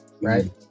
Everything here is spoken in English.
Right